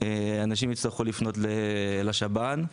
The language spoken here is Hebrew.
אנשים יצטרכו לפנות לשב"ן,